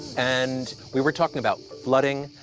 and we were talking about flooding,